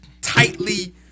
tightly